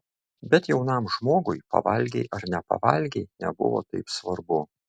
bet jaunam žmogui pavalgei ar nepavalgei nebuvo taip svarbu